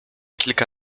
kilka